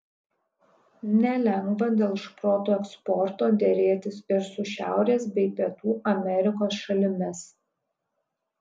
nelengva dėl šprotų eksporto derėtis ir su šiaurės bei pietų amerikos šalimis